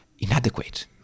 inadequate